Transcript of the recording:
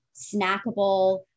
snackable